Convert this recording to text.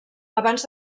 abans